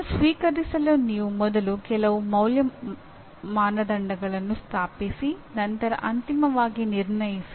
ಅದನ್ನು ಸ್ವೀಕರಿಸಲು ನೀವು ಮೊದಲು ಕೆಲವು ಮೌಲ್ಯ ಮಾನದಂಡಗಳನ್ನು ಸ್ಥಾಪಿಸಿ ನಂತರ ಅಂತಿಮವಾಗಿ ನಿರ್ಣಯಿಸಿ